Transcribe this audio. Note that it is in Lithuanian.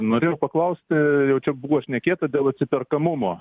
norėjau paklausti jau čia buvo šnekėta dėl atsiperkamumo